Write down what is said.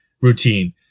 routine